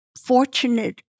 fortunate